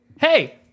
Hey